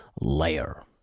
layer